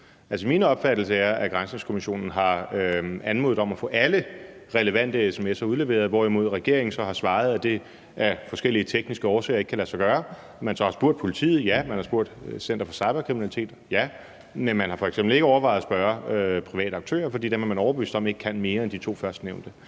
min opfattelse er, at granskningskommissionen har anmodet om at få alle relevante sms'er udleveret, hvorimod regeringen så har svaret, at det af forskellige tekniske årsager ikke kan lade sig gøre. Man har spurgt politiet, ja, og man har spurgt Center for Cybersikkerhed, men man har f.eks. ikke overvejet at spørge private aktører, for dem er man overbevist om ikke kan mere end de to førstnævnte.